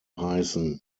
heißen